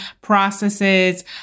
processes